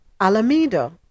Alameda